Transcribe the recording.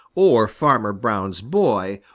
or farmer brown's boy,